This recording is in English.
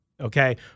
okay